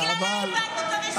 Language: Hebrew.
בגללה איבדנו את המשילות.